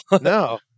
No